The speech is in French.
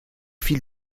fil